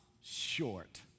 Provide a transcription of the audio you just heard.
short